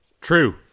True